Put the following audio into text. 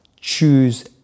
choose